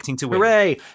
hooray